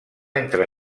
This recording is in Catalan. entre